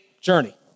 journey